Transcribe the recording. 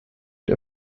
der